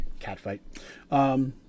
Catfight